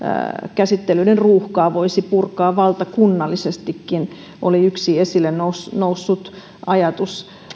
käsittelyiden ruuhkaa voisi purkaa valtakunnallisestikin oli yksi esille noussut noussut ajatus